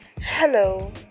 Hello